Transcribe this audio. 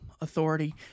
authority